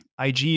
ig